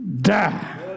die